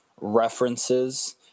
references